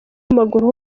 w’amaguru